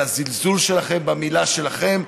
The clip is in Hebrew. על הזלזול שלכם במילה שלכם,